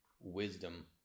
wisdom